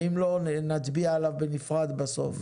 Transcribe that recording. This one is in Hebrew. ואם לא, נצביע עליו בנפרד בסוף.